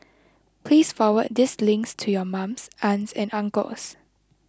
please forward this links to your mums aunts and uncles